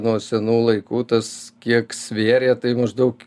nuo senų laikų tas kiek svėrė tai maždaug